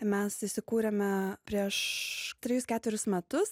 mes įsikūrėme prieš trejus ketverius metus